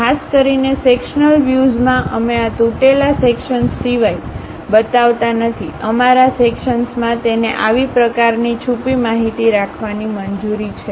ખાસ કરીને સેક્શન્લ વ્યુઝમાં અમે આ તૂટેલા સેક્શનસ સિવાય બતાવતા નથી અમારા સેક્શનસમાં તેને આવી પ્રકારની છુપી માહિતી રાખવાની મંજૂરી છે